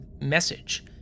message